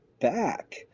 back